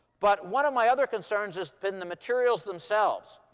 but one of my other concerns has been the materials themselves.